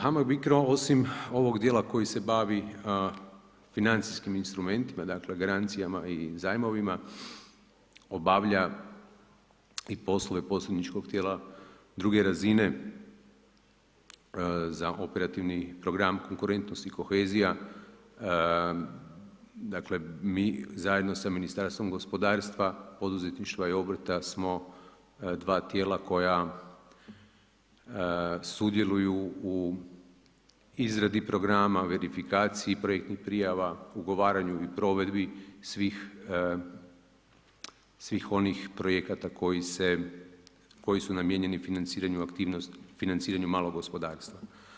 HAMAG i BICRO osim ovog dijela koji se bavi financijskim instrumentima, dakle garancijama i zajmovima, obavlja i poslove poslovničkog tijela druge razine, za operativni program konkurentnosti kohezija, dakle mi zajedno sa Ministarstvom gospodarstva, poduzetništva i obrta smo dva tijela koja sudjeluju u izradi programa, verifikaciji projektnih prijava, ugovaranju i provedbi svih onih projekata koji su namijenjeni financiranju malog gospodarstva.